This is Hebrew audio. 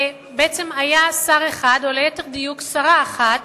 בעצם היה שר אחד, או ליתר דיוק שרה אחת